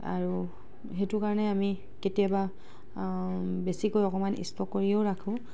আৰু সেইটো কাৰণে আমি কেতিয়াবা বেছিকৈ অকণমান ষ্টক কৰিও ৰাখোঁ